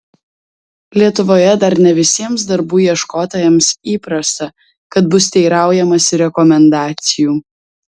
lietuvoje dar ne visiems darbų ieškotojams įprasta kad bus teiraujamasi rekomendacijų